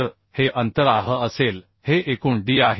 तर हे अंतर आह असेल हे एकूण d आहे